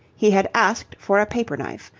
he had asked for a paper-knife.